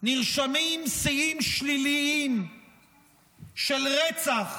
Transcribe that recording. נרשמים שיאים שליליים של רצח,